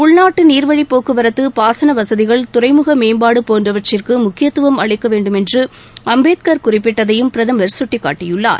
உள்நாட்டு நீர்வழி போக்குவரத்து பாசன வசதிகள் துறைமுக மேம்பாடு போன்றவற்றிற்கு முக்கியத்துவம் அளிக்க வேண்டுமென்று அம்பேத்கர் குறிப்பிட்டதையும் பிரதமர் சுட்டிக்காட்டியுள்ளார்